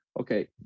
okay